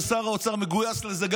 שר האוצר מגויס לזה,